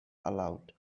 aloud